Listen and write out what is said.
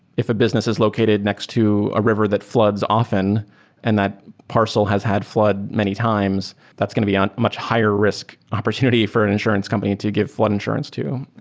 if a business is located next to a river that floods often and that parcel has had flood many times, that's going to be um a much higher risk opportunity for an insurance company to give flood insurance to.